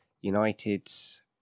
United's